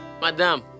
Madam